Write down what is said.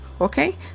okay